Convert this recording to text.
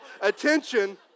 attention